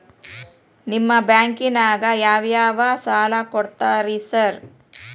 ನಿಮ್ಮ ಬ್ಯಾಂಕಿನಾಗ ಯಾವ್ಯಾವ ಸಾಲ ಕೊಡ್ತೇರಿ ಸಾರ್?